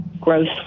growth